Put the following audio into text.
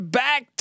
back